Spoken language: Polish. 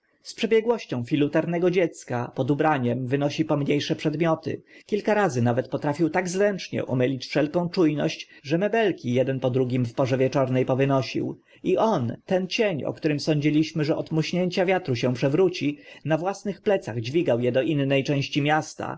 przebiegłością filuternego dziecka pod ubraniem wynosi pomnie sze przedmioty kilka razy nawet potrafił tak zręcznie omylić wszelką czu ność że mebelki eden po drugim w porze wieczorne powynosił i on ten cień o którym sądziliśmy że od muśnięcia wiatru się przewróci na własnych plecach dźwigał e do inne części miasta